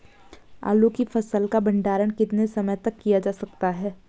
आलू की फसल का भंडारण कितने समय तक किया जा सकता है?